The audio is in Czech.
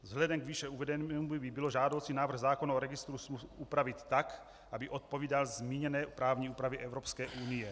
Vzhledem k výše uvedenému by bylo žádoucí návrh zákona o Registru smluv upravit tak, aby odpovídal zmíněné právní úpravě Evropské unie.